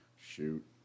Shoot